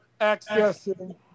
accessing